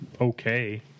okay